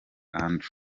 andrew